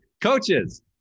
coaches